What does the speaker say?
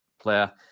player